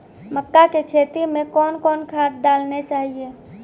मक्का के खेती मे कौन कौन खाद डालने चाहिए?